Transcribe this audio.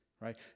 right